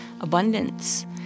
abundance